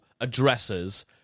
addresses